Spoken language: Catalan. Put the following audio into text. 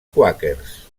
quàquers